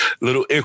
little